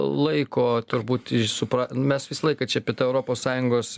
laiko turbūt supra mes visą laiką čia apie tą europos sąjungos